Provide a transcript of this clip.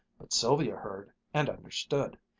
but sylvia heard, and understood,